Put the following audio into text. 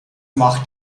macht